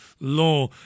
law